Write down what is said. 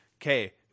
okay